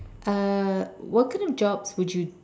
uh what kind of jobs would you